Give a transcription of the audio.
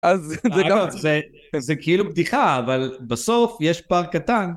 אז זה כאילו בדיחה אבל בסוף יש פער קטן